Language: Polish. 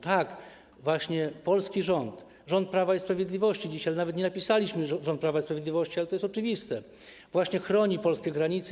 Tak, właśnie polski rząd, rząd Prawa i Sprawiedliwości dzisiaj - nawet nie napisaliśmy, że rząd Prawa i Sprawiedliwości, ale to jest oczywiste - chroni polskie granice.